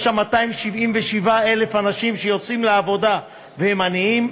יש שם 277,000 אנשים שיוצאים לעבודה והם עניים.